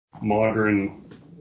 modern